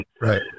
right